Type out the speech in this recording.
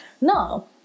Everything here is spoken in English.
No